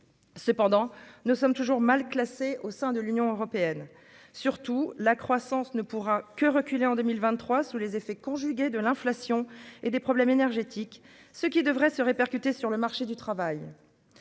Cependant, nous sommes toujours mal classés au sein de l'Union européenne, surtout la croissance ne pourra que reculer en 2023 sous les effets conjugués de l'inflation et des problèmes énergétiques, ce qui devrait se répercuter sur le marché du travail,